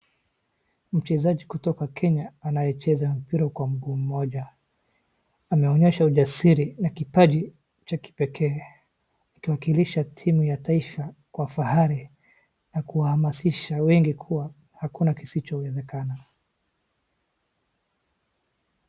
Mchezaji kutoka Kenya anayecheza mpira kwa mguu mmoja, ameonyesha ujasiri na kipaji cha kipekee kuakilisha timu ya kitaifa kwa fahari na kuhamasisha wengi kua hakuna kisichowezekana.